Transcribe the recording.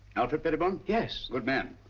alfred pettibone? yes. good man.